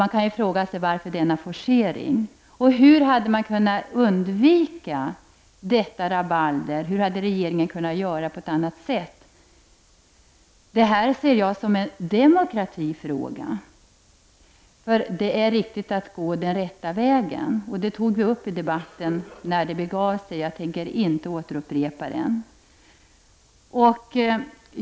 Man kan fråga varför denna forcering skedde. Hur hade regeringen kunnat undvika detta rabalder? Hade regeringen kunnat göra på något annat sätt? Detta ser jag som en demokratifråga. Det är nämligen viktigt att man går den rätta vägen. Detta tog vi upp i debatten när det begav sig. Men jag tänker inte upprepa vad som då sades.